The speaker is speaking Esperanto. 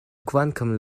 kvankam